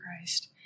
Christ